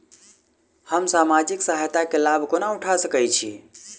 हम सामाजिक सहायता केँ लाभ कोना उठा सकै छी?